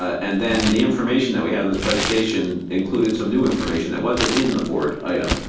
and then the information that we have this presentation included some new information that wasn't in the board item.